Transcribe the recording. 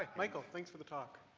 michael, thanks for the talk.